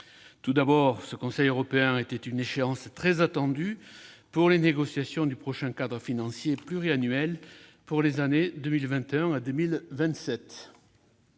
Tout d'abord, ce Conseil européen était une échéance très attendue en vue des négociations du prochain cadre financier pluriannuel (CFP) pour les années 2021 à 2027.